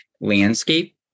landscape